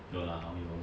有啦我有